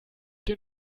den